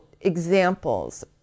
examples